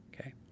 Okay